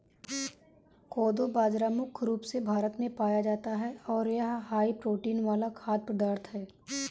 कोदो बाजरा मुख्य रूप से भारत में पाया जाता है और यह हाई प्रोटीन वाला खाद्य पदार्थ है